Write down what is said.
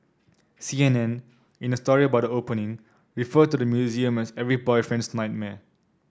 C N N in a story about the opening referred to the museum as every boyfriend's nightmare